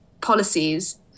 policies